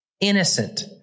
innocent